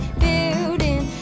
building